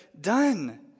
done